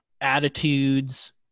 attitudes